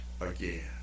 again